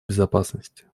безопасности